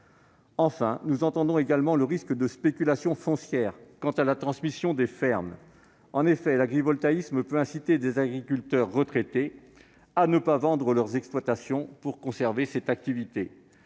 Enfin, nous entendons qu'il existe un risque de spéculation foncière quant à la transmission des fermes. En effet, l'agrivoltaïsme peut inciter des agriculteurs retraités à ne pas vendre leurs exploitations pour conserver cette activité.